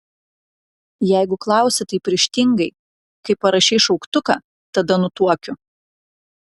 jeigu klausi taip ryžtingai kaip parašei šauktuką tada nutuokiu